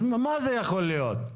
אז מה זה יכול להיות?